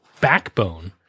backbone